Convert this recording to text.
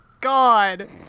God